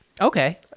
okay